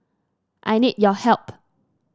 I need your help